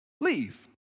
leave